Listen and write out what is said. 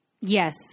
Yes